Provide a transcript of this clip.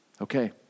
Okay